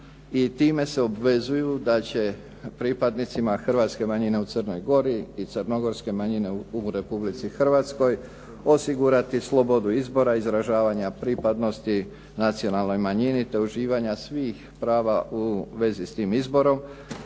i time se obvezuju da će pripadnicima hrvatske manjine u Crnoj Gori i crnogorske manjine u Republici Hrvatskoj osigurati slobodu izbora, izražavanja pripadnosti nacionalnoj manjini te uživanja svih prava u vezi s tim izborom.